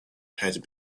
had